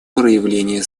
проявление